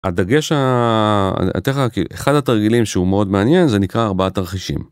הדגש, אחד התרגילים שהוא מאוד מעניין זה נקרא ארבעה תרחישים.